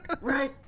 Right